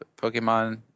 Pokemon